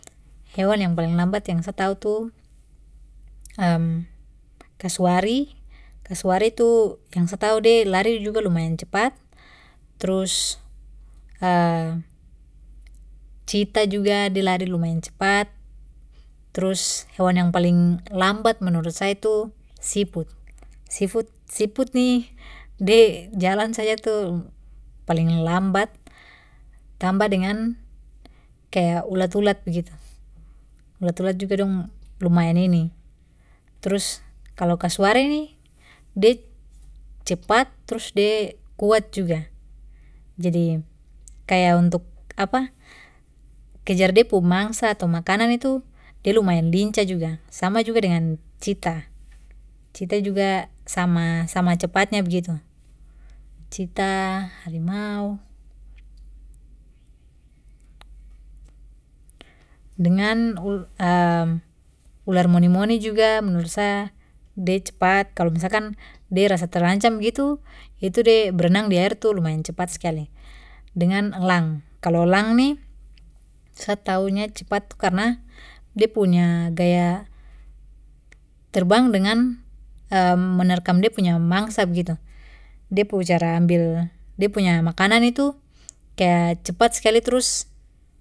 Hewan yang paling lambat yang sa tahu tu kaswari. Kaswari tu yang sa tahu de lari juga lumayan cepat. Trus ceetah juga de lari lumayan cepat. Trus hewan yang paling lambat menurut saya tu siput. Sifut-siput ni de jalan saja tu paling lambat, tambah dengan kayak ulat-ulat begitu. Ulat-ulat juga dong lumayan ini. Trus kalo kaswari ni, de cepat trus de kuat juga. Jadi kaya untuk kejar de pu mangsa atau makanan itu de lumayan linca juga. Sama juga dengan ceetah. Ceetah juga sama- sama cepatnya begitu. Ceetah, harimau. ular moni-moni juga menurut sa de cepat. Kalo misalkan de rasa terancam begitu itu de berenang di air tu lumayan cepat skali. Dengan elang. Kalau elang ni sa tahunya cepat tu karna de punya gaya terbang dengan menerkam de punya mangsa begitu. De pu cara ambil de punya makanan itu kaya cepat sekali trus.